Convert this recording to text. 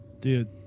dude